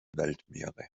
weltmeere